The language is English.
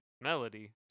melody